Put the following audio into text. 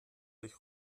euch